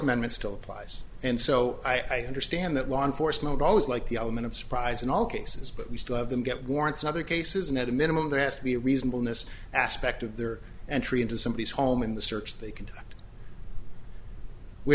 amendment still applies and so i understand that law enforcement always like the element of surprise in all cases but we still have them get warrants in other cases and at a minimum there has to be reasonable in this aspect of their entry into somebody's home in the search they c